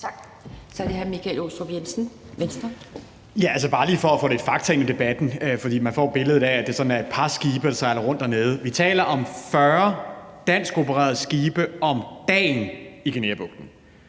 Kl. 11:06 Michael Aastrup Jensen (V): Det er bare lige for at få lidt fakta ind i debatten. For man får billedet af, at det sådan er et par skibe, der sejler rundt dernede. Men vi taler om 40 danskopererede skibe om dagen i Guineabugten,